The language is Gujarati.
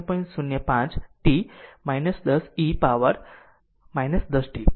05 t 10 e પાવર 10 t